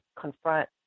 confront